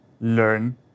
learn